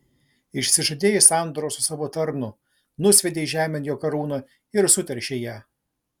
išsižadėjai sandoros su savo tarnu nusviedei žemėn jo karūną ir suteršei ją